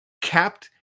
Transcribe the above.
capped